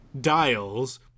dials